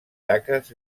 taques